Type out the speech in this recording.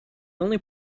only